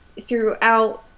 throughout